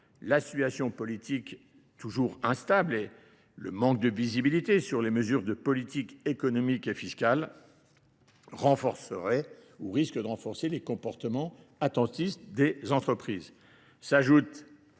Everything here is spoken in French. la situation politique toujours instable et le manque de visibilité sur les mesures de politique économique et fiscale renforcerait ou risque d'enforcer les comportements attentifs des entreprises.